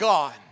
God